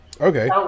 Okay